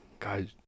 guys